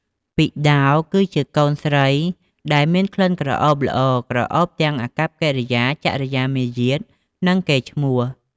ពិដោរ គឺជាកូនស្រីដែលមានក្លិនក្រអូបល្អ ក្រអូបទាំងអាកប្បកិរិយា ចរិយាមារយាទ និងកេរ្តិ៍ឈ្នោះ។